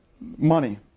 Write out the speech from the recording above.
money